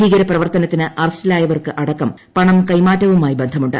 ഭീകരപ്രവർത്തനത്തിന് അറസ്റ്റിലായവർക്ക് അടക്കം പണം കൈമാറ്റവുമായി ബന്ധമുണ്ട്